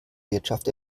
wirtschaft